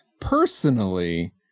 personally